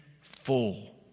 full